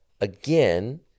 again